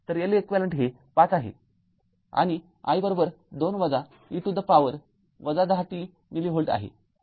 तर Leq हे ५ आहे आणि i २ e to the power १०t मिली व्होल्ट आहे